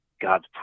God's